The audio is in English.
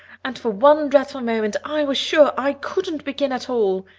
and for one dreadful moment i was sure i couldn't begin at all.